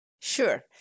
Sure